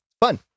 Fun